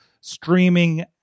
streaming